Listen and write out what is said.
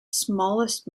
smallest